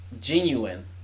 genuine